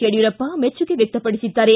ಯಡಿಯೂರಪ್ಪ ಮೆಚ್ಚುಗೆ ವ್ವಕ್ತಪಡಿಸಿದ್ದಾರೆ